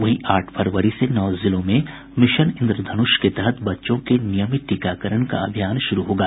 वहीं आठ फरवरी से नौ जिलों में मिशन इंद्रधन्ष के तहत बच्चों के नियमित टीकाकरण का अभियान शुरू होगा